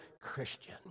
Christian